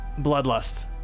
bloodlust